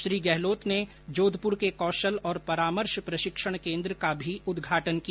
श्री गहलोत ने जोधपुर के कौशल और परामर्श प्रशिक्षण केन्द्र का मी उदघाटन किया